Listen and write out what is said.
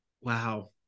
Wow